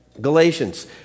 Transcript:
Galatians